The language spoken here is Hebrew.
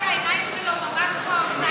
והעיניים שלו ממש כמו האוזניים והעיניים שלך.